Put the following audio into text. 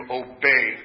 obey